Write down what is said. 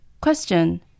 Question